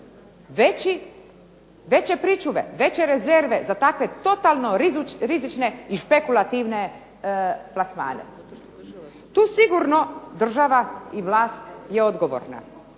veće pričuve, veće rezerve za takve totalno rizične i špekulativne plasmane, tu sigurno država i vlast je odgovorna.